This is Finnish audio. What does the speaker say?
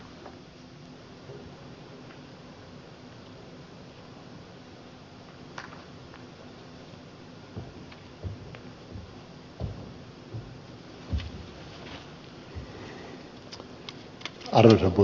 arvoisa puhemies